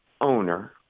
owner